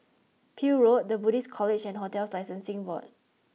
Peel Road The Buddhist College and Hotels Licensing Board